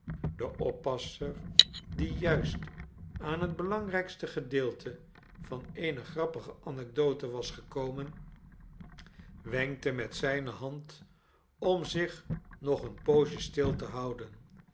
de oppasser die juist aan het belangrijkste gedeelte van eene grappige anekdote was gekomen wenkte met zijne hand om zich nog een poosje stil te houden